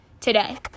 today